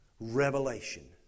revelation